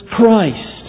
Christ